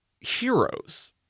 heroes